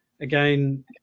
Again